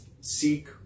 seek